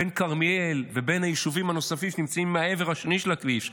בין כרמיאל לבין היישובים הנוספים שנמצאים מהעבר השני של הכביש,